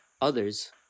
Others